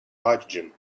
hydrogen